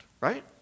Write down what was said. right